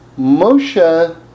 Moshe